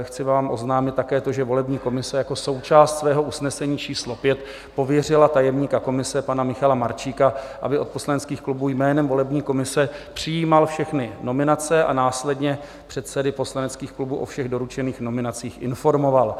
Chci vám oznámit také to, že volební komise jako součást svého usnesení číslo 5 pověřila tajemníka komise pana Michala Marčíka, aby od poslaneckých klubů jménem volební komise přijímal všechny nominace a následně předsedy poslaneckých klubů o všech doručených nominacích informoval.